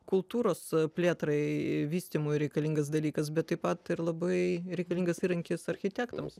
kultūros plėtrai vystymui reikalingas dalykas bet taip pat ir labai reikalingas įrankis architektams